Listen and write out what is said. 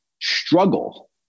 struggle